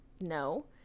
No